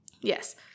Yes